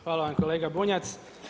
Hvala vam kolega Bunjac.